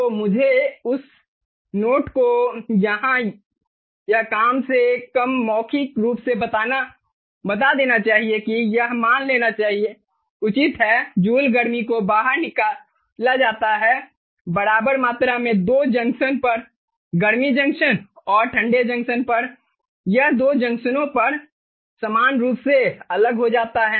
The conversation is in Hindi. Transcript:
तो मुझे उस नोट को यहां या कम से कम मौखिक रूप से बता देना चाहिए कि यह मान लेना उचित है जूल गर्मी को बाहर निकाला जाता है बराबर मात्रा में 2 जंक्शन पर गर्म जंक्शन और ठंडे जंक्शन पर यह 2 जंक्शनों पर समान रूप से अलग हो जाता है